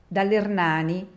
Dall'Ernani